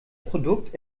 produkt